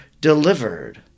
delivered